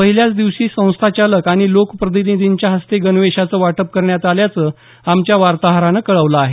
पहिल्याच दिवशी संस्थाचालक आणि लोकप्रतिनिधींच्या हस्ते गणवेषांचं वाटप करण्यात आल्याचं आमच्या वार्ताहरानं कळवलं आहे